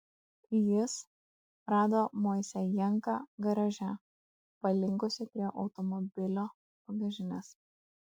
jis rado moisejenką garaže palinkusį prie automobilio bagažinės